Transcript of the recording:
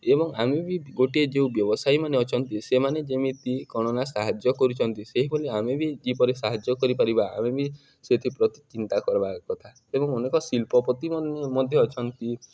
ଏବଂ ଆମେ ବି ଗୋଟିଏ ଯେଉଁ ବ୍ୟବସାୟୀମାନେ ଅଛନ୍ତି ସେମାନେ ଯେମିତି କଣ ନା ସାହାଯ୍ୟ କରୁଛନ୍ତି ସେଇଭଳି ଆମେ ବି ଯେପରି ସାହାଯ୍ୟ କରିପାରିବା ଆମେ ବି ସେଥି ପ୍ରତି ଚିନ୍ତା କରବା କଥା ଏବଂ ଅନେକ ଶିଳ୍ପପତି ମଧ୍ୟ ଅଛନ୍ତି